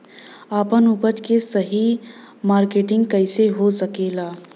आपन उपज क सही मार्केटिंग कइसे हो सकेला?